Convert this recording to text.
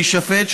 להישפט,